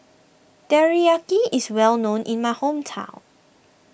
Teriyaki is well known in my hometown